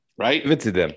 right